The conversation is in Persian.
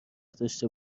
داشته